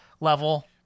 level